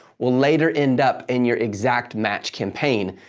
will later end up in your exact match campaign,